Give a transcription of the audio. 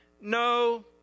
No